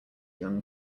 young